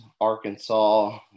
Arkansas